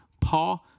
Paul